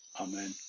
amen